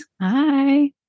Hi